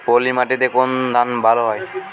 পলিমাটিতে কোন ধান ভালো হয়?